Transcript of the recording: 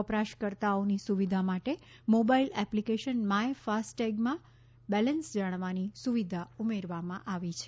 વપરાશકર્તાઓની સુવિધા માટે મોબાઇલ એપ્લિકેશન માય ફાસ્ટટેગમાં બેલેન્સ જાણવાની સુવિધા ઉમેરવામાં આવી છે